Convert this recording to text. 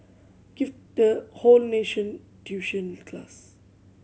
give the whole nation tuition class